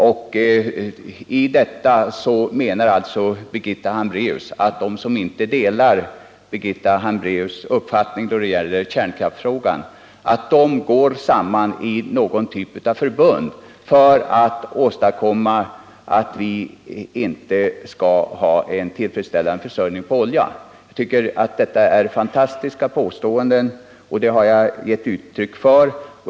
Birgitta Hambraeus menar alltså att de som inte delar hennes uppfattning i kärnkraftsfrågan går samman i någon typ av förbund för att åstadkomma en brist i försörjningen av olja. Jag tycker det är ett fantastiskt påstående, vilket jag också gett uttryck för.